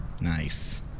Nice